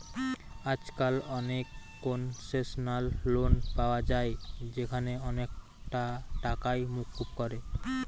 আজকাল অনেক concessional loan পায়া যায় যেখানে অনেকটা টাকাই মুকুব করে